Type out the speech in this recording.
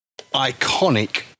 iconic